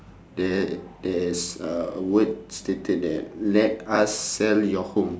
there there's a word stated there let us sell your home